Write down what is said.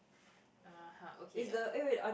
ah !huh! okay uh